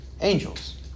Angels